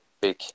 big